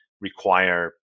require